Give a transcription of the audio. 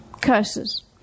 Curses